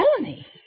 Melanie